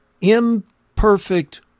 Imperfect